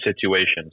situations